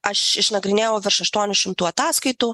aš išnagrinėjau virš aštuonių šimtų ataskaitų